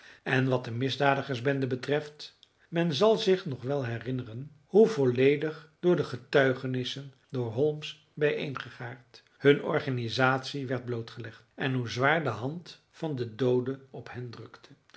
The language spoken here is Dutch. en wat de misdadigersbende betreft men zal zich nog wel herinneren hoe volledig door de getuigenissen door holmes bijeengegaard hun organisatie werd blootgelegd en hoe zwaar de hand van den doode op hen drukte